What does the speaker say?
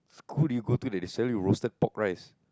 who do you go to that they sell you roasted pork rice